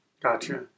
Gotcha